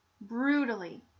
brutally